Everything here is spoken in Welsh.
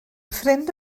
ffrind